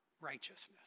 righteousness